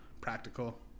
practical